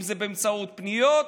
אם זה באמצעות פניות,